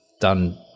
done